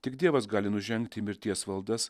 tik dievas gali nužengti į mirties valdas